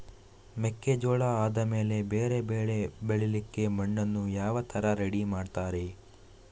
ಮೆಕ್ಕೆಜೋಳ ಆದಮೇಲೆ ಬೇರೆ ಬೆಳೆ ಬೆಳಿಲಿಕ್ಕೆ ಮಣ್ಣನ್ನು ಯಾವ ತರ ರೆಡಿ ಮಾಡ್ತಾರೆ?